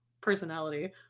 personality